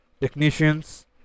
technicians